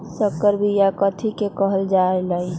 संकर बिया कथि के कहल जा लई?